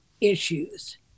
issues